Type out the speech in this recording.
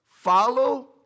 Follow